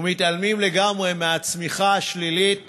ומתעלמים לגמרי מהצמיחה השלילית